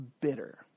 bitter